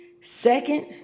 Second